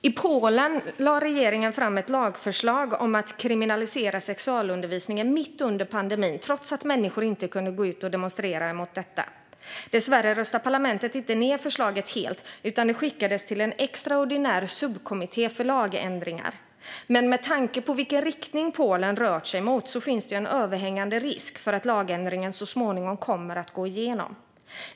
I Polen lade regeringen fram ett lagförslag om att kriminalisera sexualundervisningen mitt under pandemin, trots att människor inte kunde gå ut och demonstrera emot detta. Dessvärre röstade parlamentet inte ned förslaget helt, utan det skickades till en extraordinär subkommitté för lagändringar. Med tanke på vilken riktning Polen rört sig i finns det en överhängande risk för att lagändringen så småningom kommer att gå igenom.